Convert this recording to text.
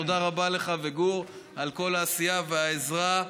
תודה לך ולגור על כל העשייה והעזרה,